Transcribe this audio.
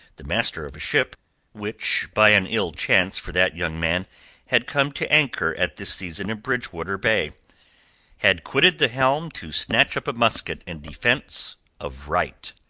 the master of a ship which by an ill-chance for that young man had come to anchor at this season in bridgewater bay had quitted the helm to snatch up a musket in defence of right.